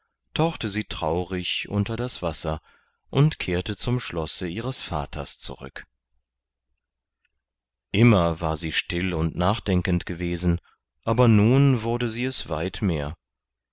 tauchte sie traurig unter das wasser und kehrte zum schlosse ihres vaters zurück immer war sie still und nachdenkend gewesen aber nun wurde sie es weit mehr